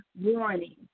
warning